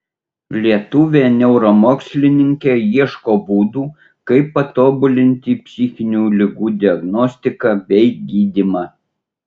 lietuvė neuromokslininkė ieško būdų kaip patobulinti psichinių ligų diagnostiką bei gydymą